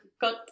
Cut